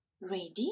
Ready